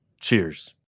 Cheers